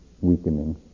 weakening